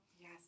Yes